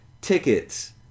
tickets